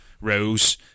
Rose